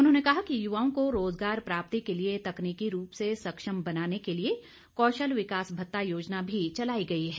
उन्होंने कहा कि युवाओं को रोजगार प्राप्ति के लिए तकनीकी रूप से सक्षम बनाने के लिए कौशल विकास भत्ता योजना भी चलाई गई है